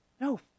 No